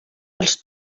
els